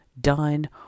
done